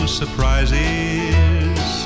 surprises